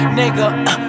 nigga